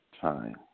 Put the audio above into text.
time